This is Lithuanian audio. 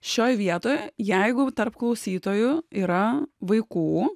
šioj vietoj jeigu tarp klausytojų yra vaikų